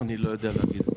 אני לא יודע להגיד.